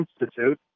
Institute